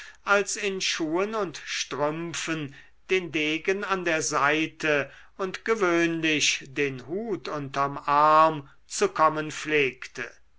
als in schuhen und strümpfen den degen an der seite und gewöhnlich den hut unterm arm zu kommen pflegte